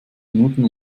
minuten